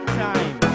time